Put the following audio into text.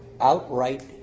outright